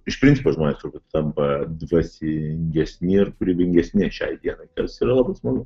iš principo žmonės turbūt tampa dvasingesni ir kūrybingesni šiai dienai kas yra labai smagu